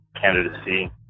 candidacy